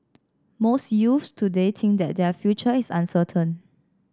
most youths today think that their future is uncertain